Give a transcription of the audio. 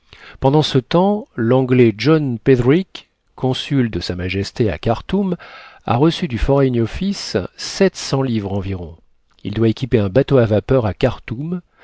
pendant ce temps l'anglais john petherick consul de sa majesté à kartoum a reçu du foreign office sept cents livres environ il doit équiper un bateau à vapeur à